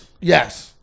Yes